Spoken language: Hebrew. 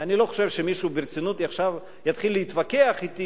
אני לא חושב שמישהו ברצינות עכשיו יתחיל להתווכח אתי